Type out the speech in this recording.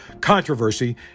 Controversy